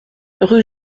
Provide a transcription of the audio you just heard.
rue